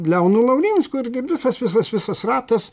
leonu laurinsku irgi visas visas visas ratas